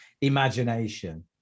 imagination